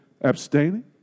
abstaining